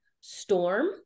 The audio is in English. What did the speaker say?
storm